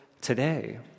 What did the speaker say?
today